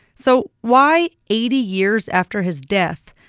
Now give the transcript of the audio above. so why, eighty years after his death,